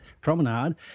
promenade